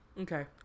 Okay